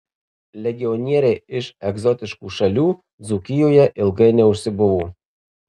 legionieriai iš egzotiškų šalių dzūkijoje ilgai neužsibuvo